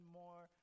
more